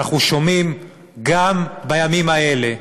שאנחנו שומעים שגם בימים האלה,